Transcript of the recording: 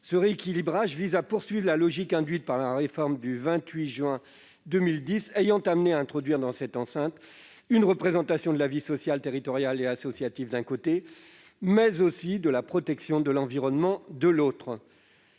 Ce rééquilibrage vise à poursuivre la logique induite par la réforme du 28 juin 2010 ayant amené à introduire dans cette enceinte des représentants de la vie sociale, territoriale et associative, d'un côté, et de la protection de l'environnement, de l'autre.